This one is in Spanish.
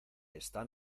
están